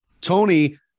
Tony